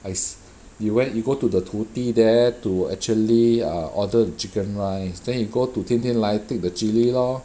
I se~ you went you go to the 徒弟 there to actually uh order chicken rice then you go to 天天来 take the chilli lor